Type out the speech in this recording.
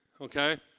Okay